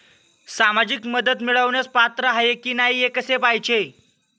सामाजिक मदत मिळवण्यास पात्र आहे की नाही हे कसे पाहायचे?